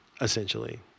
essentially